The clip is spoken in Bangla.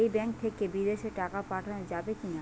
এই ব্যাঙ্ক থেকে বিদেশে টাকা পাঠানো যাবে কিনা?